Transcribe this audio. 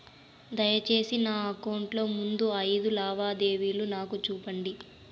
దయసేసి నా అకౌంట్ లో ముందు అయిదు లావాదేవీలు నాకు చూపండి